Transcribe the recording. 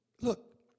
look